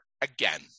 again